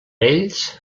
ells